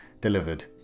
delivered